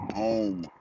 home